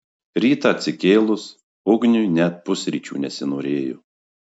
rytą atsikėlus ugniui net pusryčių nesinorėjo